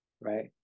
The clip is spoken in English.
right